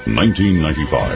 1995